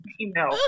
email